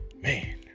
Man